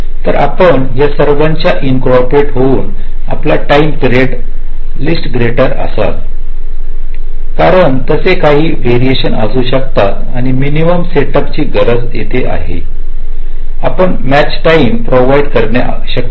तर आपण या सर्वांच्या इनकॉपरेट करून घेऊन आपला टाईम पिरियड लस्ट ग्रेटर असाला कारण तसे काही व्हेरीएशन्स असू शकतात आणि मिनिमम सेटअपची गरज येथे आहे आपण मच् टाईम प्रोव्हाइिड करणेही शक्य आहे